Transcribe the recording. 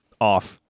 off